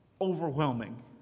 overwhelming